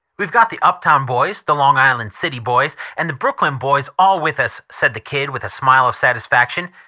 we've got the uptown boys, the long island city boys and the brooklyn boys all with us, said the kid with a smile of satisfaction,